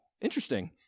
Interesting